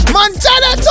Montana